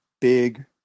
big